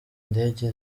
ndege